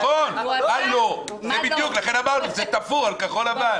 לכן אמרנו שזה תפור על כחול לבן.